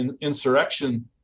insurrection